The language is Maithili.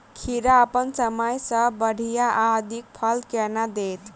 खीरा अप्पन समय सँ बढ़िया आ अधिक फल केना देत?